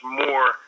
more